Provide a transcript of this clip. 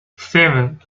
seven